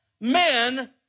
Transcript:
Men